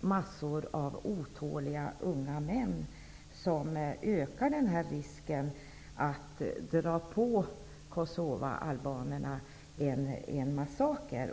massor av otåliga unga män, vilket bidrar till att öka risken för att kosovoalbanerna drar på sig en massaker.